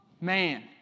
Man